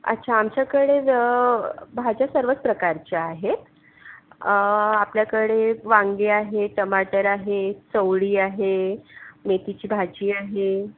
अच्छा आमच्याकडे भाज्या सर्वच प्रकारच्या आहेत आपल्याकडे वांगी आहे टमाटर आहे चवळी आहे मेथीची भाजी आहे